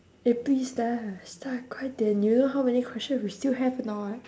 eh please start start 快点：kuai dian you know how many question we still have or not